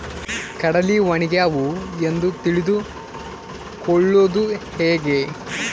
ಕಡಲಿ ಒಣಗ್ಯಾವು ಎಂದು ತಿಳಿದು ಕೊಳ್ಳೋದು ಹೇಗೆ?